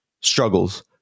struggles